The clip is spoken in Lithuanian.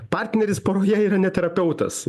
partneris poroje yra ne terapeutas